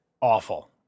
Awful